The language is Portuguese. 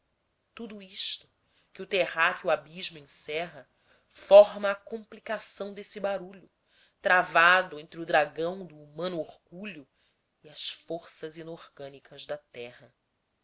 tudo isto que o terráqueo abismo encerra forma a complicação desse barulho travado entre o dragão do humano orgulho e as forças inorgânicas da terra